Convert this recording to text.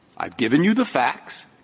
i've given you the facts.